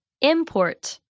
Import